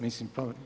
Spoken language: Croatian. Mislim.